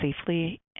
safely